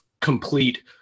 complete